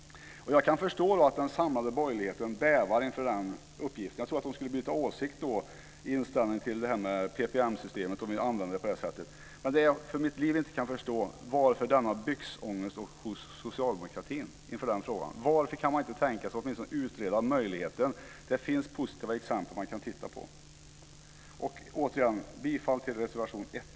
Jag kan förstå att den samlade borgerligheten bävar inför den möjligheten. Jag tror att den skulle byta inställning till PPM-systemet om vi använde det på det här sättet. Men vad jag för mitt liv inte kan förstå är varför man har denna byxångest hos socialdemokratin inför den här frågan. Varför kan man inte tänka sig att åtminstone utreda möjligheten? Det finns positiva exempel man kan titta på. Jag yrkar återigen bifall till reservation 1.